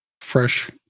fresh